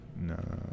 No